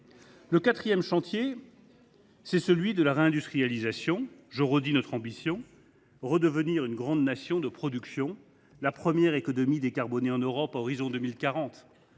Le quatrième chantier est celui de la réindustrialisation. Je le répète, notre ambition est de redevenir une grande nation de production et la première économie décarbonée en Europe à l’horizon 2040.